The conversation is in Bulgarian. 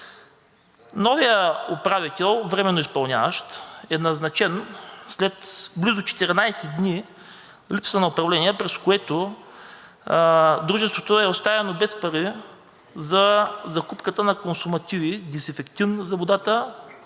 Новият управител – временно изпълняващ, е назначен след близо 14 дни липса на управление, през което дружеството е оставено без пари за закупуване на консумативи – дезинфектанти за водата,